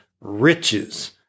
riches